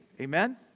Amen